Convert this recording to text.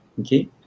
okay